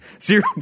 zero